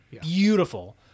beautiful